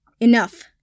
Enough